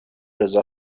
رضا